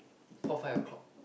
four five O-clock